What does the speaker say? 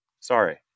Sorry